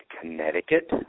Connecticut